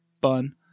bun